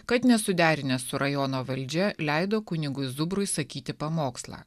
kad nesuderinęs su rajono valdžia leido kunigui zubrui sakyti pamokslą